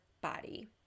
body